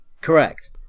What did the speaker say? Correct